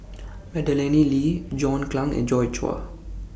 Madeleine Lee John Clang and Joi Chua